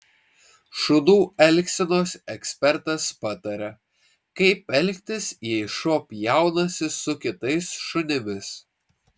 šunų elgsenos ekspertas pataria kaip elgtis jei šuo pjaunasi su kitais šunimis